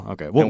Okay